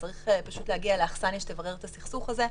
וצריך פשוט להגיע לאכסניה שתברר את הסכסוך הזה,